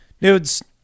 Nudes